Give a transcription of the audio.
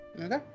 Okay